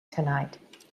tonight